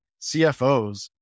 CFOs